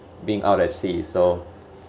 being out at sea so